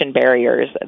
barriers